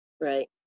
Right